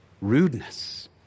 rudeness